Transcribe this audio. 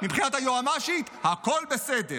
מבחינת היועמ"שית הכול בסדר.